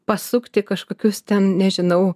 pasukti kažkokius ten nežinau